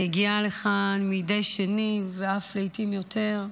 הגיעה לכאן מדי שני ואף לעיתים יותר,